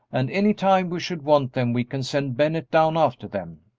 and any time we should want them we can send bennett down after them.